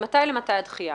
ממתי למתי הדחייה?